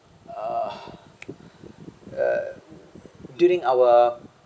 uh uh during our